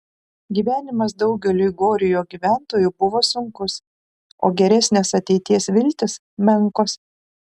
gyvenimas daugeliui gorio gyventojų buvo sunkus o geresnės ateities viltys menkos